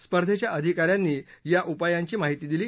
स्पर्धेच्या अधिकाऱ्यांनी या उपायांची माहिती दिली